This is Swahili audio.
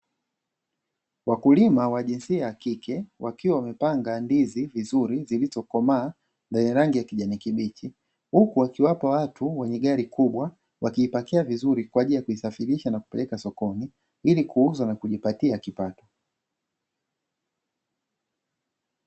Wakulima wa jinsia ya kike, wakiwa wamepanga ndizi vizuri zilizokomaa zenye rangi ya kijani kibichi, huku wakiwapa watu wenye gari kubwa , wakipakia vizuri kwaajili ya kusafirisha na kuzipeleka sokoni ili kuuza na kujipatia kipato